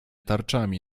tarczami